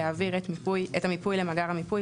יעביר את המיפוי למאגר המיפוי,